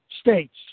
states